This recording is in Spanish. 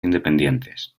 independientes